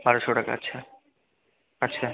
বারোশো টাকা আচ্ছা আচ্ছা